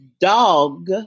dog